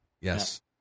Yes